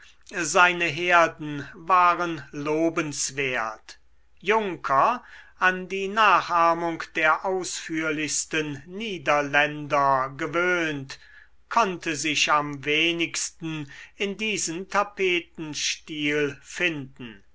seine herden waren lobenswert juncker an die nachahmung der ausführlichsten niederländer gewöhnt konnte sich am wenigsten in diesen tapetenstil finden